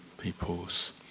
people's